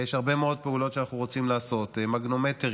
יש הרבה מאוד פעולות שאנחנו רוצים לעשות: מגנומטרים,